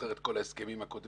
זוכר את כל ההסכמים הקודמים.